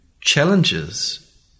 challenges